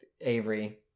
Avery